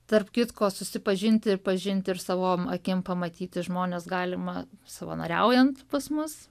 tarp kitko susipažinti pažinti ir savom akim pamatyti žmones galima savanoriaujant pas mus